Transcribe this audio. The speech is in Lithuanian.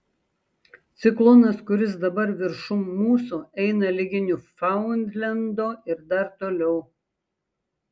ciklonas kuris dabar viršum mūsų eina ligi niūfaundlendo ir dar toliau